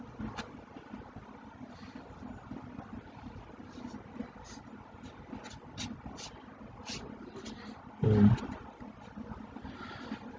mmhmm